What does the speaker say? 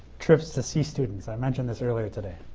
trips to see students. i mentioned this earlier today.